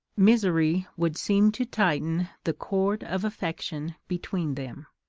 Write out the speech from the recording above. misery would seem to tighten the cord of affection between them.